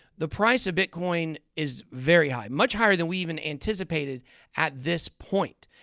the price of bitcoin is very high, much higher than we even anticipated at this point,